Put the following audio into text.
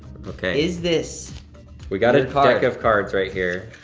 okay. is this we got a deck of cards right here.